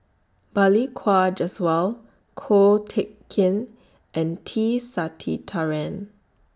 Balli Kaur Jaswal Ko Teck Kin and T Sasitharan